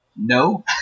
No